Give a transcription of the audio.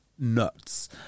Nuts